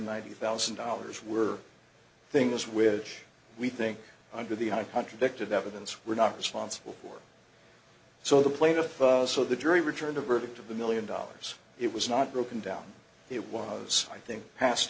ninety thousand dollars were things which we think under the high contradicted evidence were not responsible for so the plaintiff so the jury returned a verdict of the million dollars it was not broken down it was i think past